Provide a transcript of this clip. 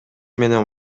менен